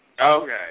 Okay